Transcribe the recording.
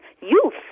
youth